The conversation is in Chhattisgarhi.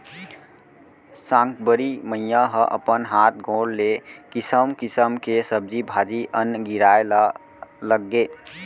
साकंबरी मईया ह अपन हात गोड़ ले किसम किसम के सब्जी भाजी, अन्न गिराए ल लगगे